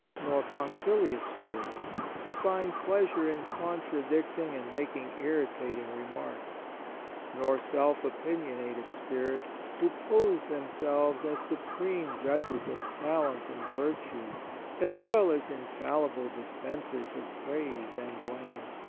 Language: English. nor punctilious spirits, who find pleasure in contradicting and making irritating remarks nor self-opinionated spirits, who pose them selves as supreme judges of talent and virtue as well as infallible dispensers of praise and blame.